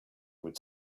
would